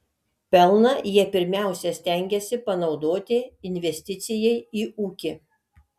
pelną jie pirmiausia stengiasi panaudoti investicijai į ūkį